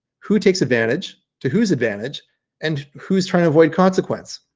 who takes advantage? to whose advantage and who's trying to avoid consequence?